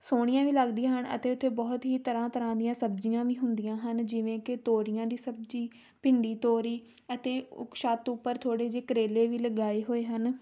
ਸੋਹਣੀਆਂ ਵੀ ਲੱਗਦੀਆਂ ਹਨ ਅਤੇ ਉੱਥੇ ਬਹੁਤ ਹੀ ਤਰ੍ਹਾਂ ਤਰ੍ਹਾਂ ਦੀਆਂ ਸਬਜ਼ੀਆਂ ਵੀ ਹੁੰਦੀਆਂ ਹਨ ਜਿਵੇਂ ਕਿ ਤੋਰੀਆਂ ਦੀ ਸਬਜ਼ੀ ਭਿੰਡੀ ਤੋਰੀ ਅਤੇ ਉਕ ਛੱਤ ਉੱਪਰ ਥੋੜ੍ਹੇ ਜਿਹੇ ਕਰੇਲੇ ਵੀ ਲਗਾਏ ਹੋਏ ਹਨ